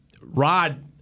Rod –